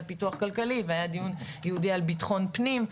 פיתוח כלכלי והיה דיון ייעודי על ביטחון פנים,